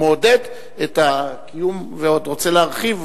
הוא מעודד את הקיום ועוד רוצה להרחיב,